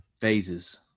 phases